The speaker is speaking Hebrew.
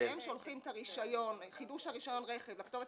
כשהם שולחים את חידוש רישיון הרכב לכתובת